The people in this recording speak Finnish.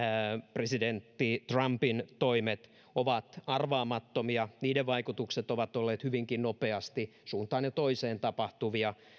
presidentti trumpin toimet ovat arvaamattomia niiden vaikutukset ovat olleet hyvinkin nopeasti suuntaan ja toiseen tapahtuvia